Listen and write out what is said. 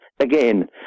again